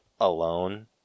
alone